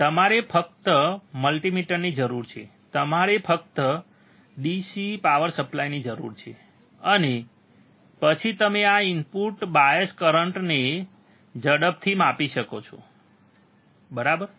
તમારે ફક્ત મલ્ટિમીટરની જરૂર છે તમારે ફક્ત DC પાવર સપ્લાયની જરૂર છે અને પછી તમે આ ઇનપુટ બાયસ કરંટને ઝડપથી માપી શકો છો બરાબર